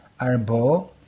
arbo